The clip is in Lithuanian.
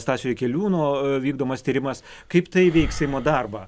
stasio jakeliūno vykdomas tyrimas kaip tai veiks seimo darbą